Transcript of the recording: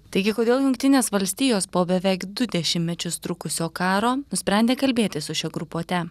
taigi kodėl jungtinės valstijos po beveik du dešimtmečius trukusio karo nusprendė kalbėtis su šia grupuote